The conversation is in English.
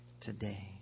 today